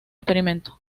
experimentos